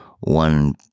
one